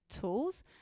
tools